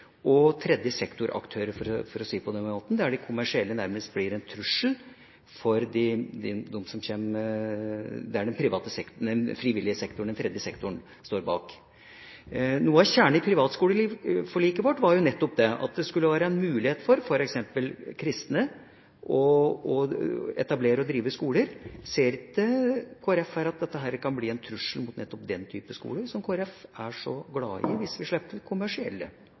og tredje sektor-aktører – for å si det på den måten – der de kommersielle nærmest blir en trussel der hvor den frivillige sektoren, den tredje sektoren, står bak. Noe av kjernen i privatskoleforliket vårt var jo nettopp at det skulle være en mulighet for f.eks. kristne å etablere og drive skoler. Ser ikke Kristelig Folkeparti her at dette kan bli en trussel mot nettopp den type skoler som Kristelig Folkeparti er så glad i, hvis vi slipper til kommersielle